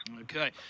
Okay